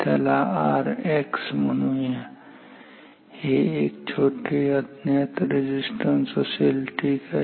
त्याला Rx म्हणूया हे एक छोटे अज्ञात रेझिस्टन्स असेल ठीक आहे